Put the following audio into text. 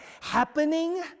happening